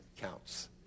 counts